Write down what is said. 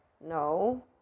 No